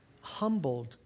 humbled